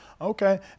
Okay